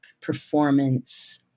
performance